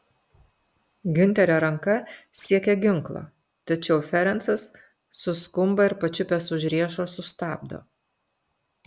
giunterio ranka siekia ginklo tačiau ferencas suskumba ir pačiupęs už riešo sustabdo